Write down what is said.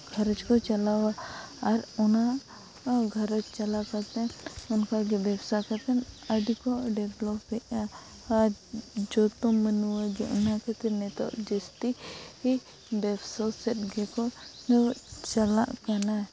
ᱜᱷᱟᱨᱚᱸᱡᱽ ᱠᱚ ᱪᱟᱞᱟᱣᱟ ᱟᱨ ᱚᱱᱟ ᱜᱷᱟᱨᱚᱸᱡᱽ ᱪᱟᱞᱟᱣ ᱠᱟᱛᱮᱫ ᱚᱱᱠᱟᱜᱮ ᱵᱮᱵᱽᱥᱟ ᱠᱟᱛᱮᱫ ᱟᱹᱰᱤ ᱠᱚ ᱟᱹᱰᱤ ᱠᱚ ᱰᱮᱵᱷᱞᱚᱯᱮᱜᱼᱟ ᱟᱨ ᱡᱚᱛᱚ ᱢᱟᱱᱚᱣᱟ ᱜᱮ ᱚᱱᱟ ᱠᱷᱟᱹᱛᱤᱨ ᱱᱤᱛᱚᱜ ᱡᱟᱹᱥᱛᱤ ᱵᱮᱵᱥᱟ ᱥᱮᱫ ᱜᱮᱠᱚ ᱪᱟᱞᱟᱜ ᱠᱟᱱᱟ